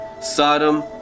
Sodom